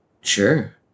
Sure